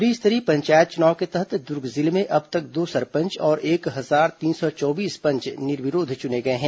त्रिस्तरीय पंचायत चुनाव के तहत दुर्ग जिले में अब तक दो सरपंच और एक हजार तीन सौ चौबीस पंच निर्विरोध चुने गए हैं